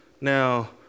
Now